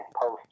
post